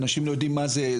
אנשים לא יודעים מה זה,